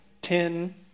ten